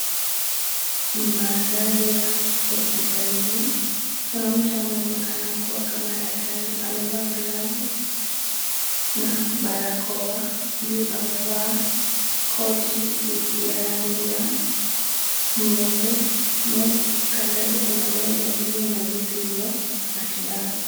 Ni mandhari ya hospitalini, kuna mtu anayeonekana kuwa kama daktari amevaa glavu na barakoa juu amevaa koti ya rangi ya nyeupe, kando yake kuna meza ilio na vitu vya matibabu.